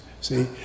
See